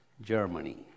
Germany